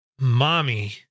mommy